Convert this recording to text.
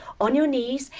on your knees,